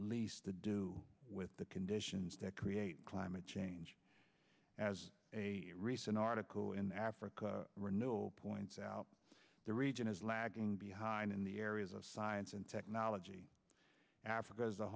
least to do with the conditions that create climate change as a recent article in africa renewal points out the region is lagging behind in the areas of science and technology africa's a